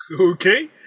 Okay